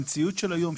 במציאות של היום,